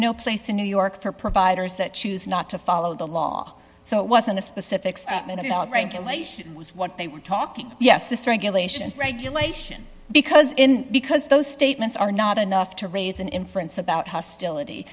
no place in new york for providers that choose not to follow the law so it was in the specifics about regulation was what they were talking yes this regulation regulation because in because those statements are not enough to raise an inference about hostility